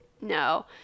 no